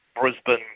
Brisbane